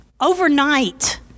overnight